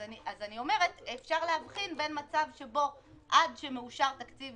אז אני אומרת: אפשר להבחין בין מצב שבו עד שמאושר תקציב